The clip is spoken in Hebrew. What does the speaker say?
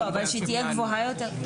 לא, אבל שהיא תהיה גבוהה יותר.